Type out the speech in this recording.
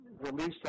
released